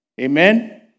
Amen